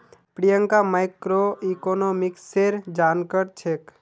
प्रियंका मैक्रोइकॉनॉमिक्सेर जानकार छेक्